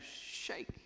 shake